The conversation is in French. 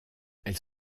elles